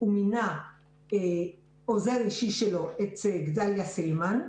הוא מינה כעוזר אישי שלו את גדליה פלמן,